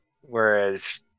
Whereas